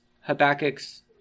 Habakkuk's